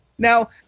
Now